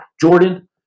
Jordan